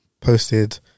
posted